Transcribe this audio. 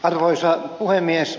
arvoisa puhemies